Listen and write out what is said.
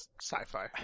sci-fi